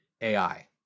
AI